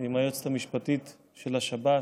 ועם היועצת המשפטית של השב"ס.